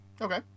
Okay